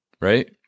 Right